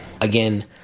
Again